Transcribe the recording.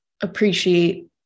appreciate